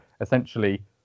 essentially